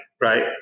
right